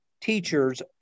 teachers